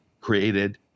created